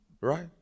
right